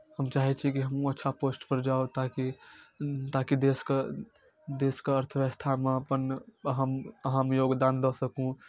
हम चाहै छी कि हमहूँ अच्छा पोस्टपर जाउ ताकि ताकि देशके देशके अर्थव्यवस्थामए अपन अहम अहम योगदान दऽ सकू